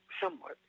somewhat